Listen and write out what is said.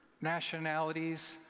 nationalities